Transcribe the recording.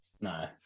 No